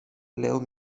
little